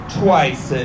twice